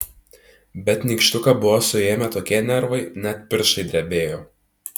bet nykštuką buvo suėmę tokie nervai net pirštai drebėjo